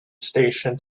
station